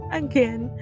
again